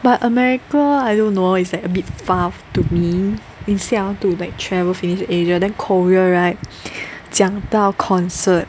but America I don't know is like a bit far to me instead I want to travel finish Asia then Korea right 讲到 concert